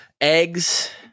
Eggs